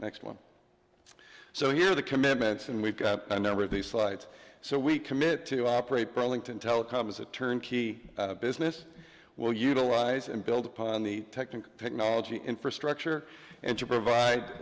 excellent so here are the commitments and we've got a number of these sites so we commit to operate burlington telecom as a turnkey business will utilize and build upon the technical technology infrastructure and to provide